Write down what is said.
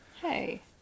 Hey